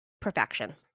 perfection